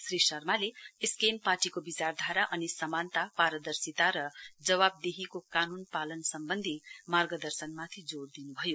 श्री शर्माले एसकेएम पार्टीको विचारधारा अनि समानता पारदर्शिता र जवावदेहीको कानून पालन सम्बन्धी मार्गदर्शनमाथि जोड़ दिनुभयो